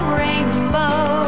rainbow